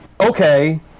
Okay